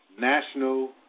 national